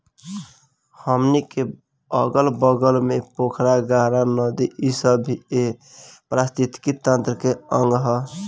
हमनी के अगल बगल के पोखरा, गाड़हा, नदी इ सब भी ए पारिस्थिथितिकी तंत्र के अंग ह